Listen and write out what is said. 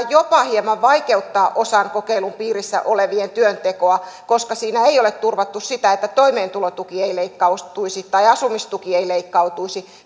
jopa hieman vaikeuttaa osan kokeilun piirissä olevien työntekoa koska siinä ei ole turvattu sitä että toimeentulotuki ei leikkautuisi tai asumistuki ei leikkautuisi